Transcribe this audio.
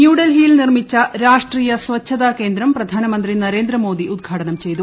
ന്യൂഡൽഹിയിൽ നിർമിച്ച രാഷ്ട്രിയ സ്വച്ഛത കേന്ദ്രം പ്രധാനമന്ത്രി നരേന്ദ്ര മോദി ഉദ്ഘാടനം ചെയ്തു